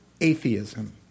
atheism